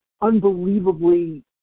unbelievably